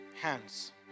Hands